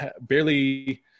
barely